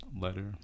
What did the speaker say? letter